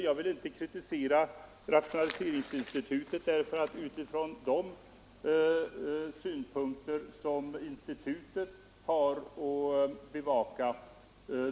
Jag vill inte kritisera det yttrandet, därför att institutet har naturligtvis rätt utifrån de synpunkter det har att bevaka.